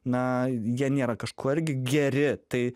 na jie nėra kažkuo irgi geri tai